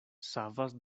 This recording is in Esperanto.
savas